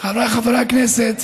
חבריי חברי הכנסת,